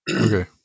Okay